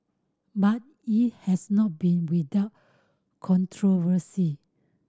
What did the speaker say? but it has not been without controversy